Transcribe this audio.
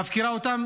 מפקירה אותם